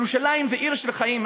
ירושלים היא עיר של חיים.